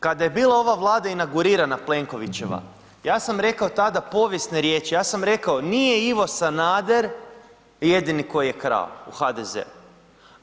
Kada je bila ova vlada inaugurirana Plenkovićeva, ja sam rekao, tada povijesne riječi, ja sam rekao nije Ivo Sanader jedini koji je krao u HDZ-u.